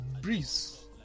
Breeze